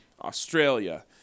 australia